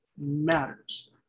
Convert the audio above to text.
matters